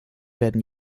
werden